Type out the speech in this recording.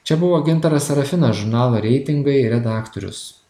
čia buvo gintaras sarafinas žurnalo reitingai redaktorius